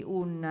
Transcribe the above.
un